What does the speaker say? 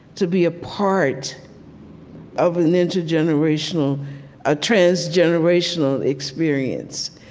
to be a part of an intergenerational a trans-generational experience,